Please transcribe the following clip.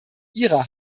ihrer